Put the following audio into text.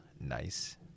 Nice